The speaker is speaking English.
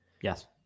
Yes